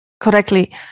correctly